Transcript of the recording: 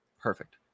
Perfect